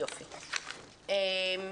הצבעה אושר.